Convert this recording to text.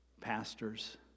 pastors